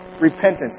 repentance